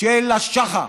שאין לה שחר.